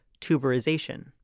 tuberization